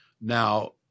Now